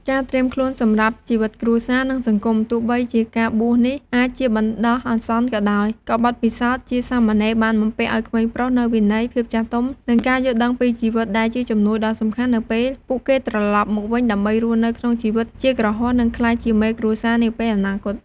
ការត្រៀមខ្លួនសម្រាប់ជីវិតគ្រួសារ និងសង្គម ទោះបីជាការបួសនេះអាចជាបណ្ដោះអាសន្នក៏ដោយ ក៏បទពិសោធន៍ជាសាមណេរបានបំពាក់ឱ្យក្មេងប្រុសនូវវិន័យ ភាពចាស់ទុំ និងការយល់ដឹងពីជីវិត ដែលជាជំនួយដ៏សំខាន់នៅពេលពួកគេត្រឡប់មកវិញដើម្បីរស់នៅក្នុងជីវិតជាគ្រហស្ថ និងក្លាយជាមេគ្រួសារនាពេលអនាគត។